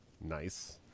nice